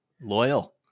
loyal